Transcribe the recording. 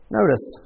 Notice